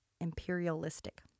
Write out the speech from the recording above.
imperialistic